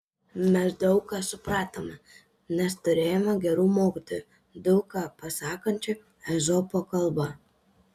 mes daug ką supratome nes turėjome gerų mokytojų daug ką pasakančių ezopo kalba